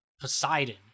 Poseidon